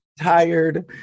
Tired